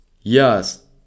Yes